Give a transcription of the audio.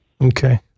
Okay